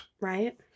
Right